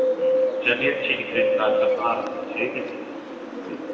چلیے ٹھیک ہے اِنشاء اللہ میں آ رہا ہوں ٹھیک ہے ٹھیک